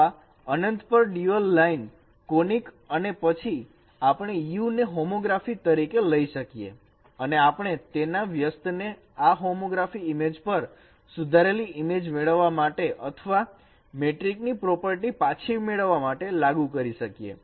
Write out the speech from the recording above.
અથવા અનંત પર ડ્યુઅલ લાઇન કોનીક અને પછી આપણે U ને હોમોગ્રાફી તરીકે લઈ શકીએ અને આપણે તેના વ્યસ્તને આ હોમોગ્રાફી ઈમેજ પર સુધારેલી ઇમેજ મેળવવા માટે અથવા મેટ્રિકની પ્રોપર્ટી પાછી મેળવવા માટે લાગુ કરી શકીએ